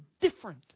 different